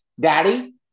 Daddy